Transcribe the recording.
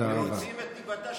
אותי מדאיג